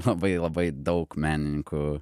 labai labai daug menininkų